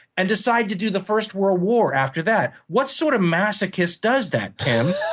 and decide to do the first world war after that. what sort of masochist does that, tim?